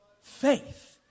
Faith